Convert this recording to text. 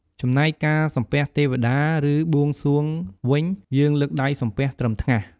ចំណែកការសំពះទេវតា ឬបួងសួងវិញ យើងលើកដៃសំពះត្រឹមថ្ងាស។